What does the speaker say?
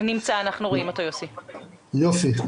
אני רוצה,